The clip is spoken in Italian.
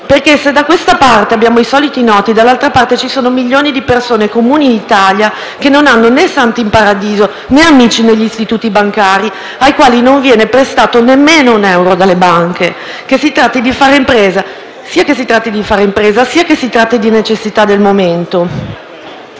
Perché se da questa parte abbiamo i soliti noti, dall'altra parte ci sono milioni di persone comuni in Italia che non hanno né "santi in paradiso", né amici negli istituti bancari, ai quali non viene prestato nemmeno un euro dalle banche, sia che si tratti di fare impresa, sia che si tratti di necessità del momento.